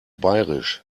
bairisch